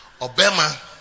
Obama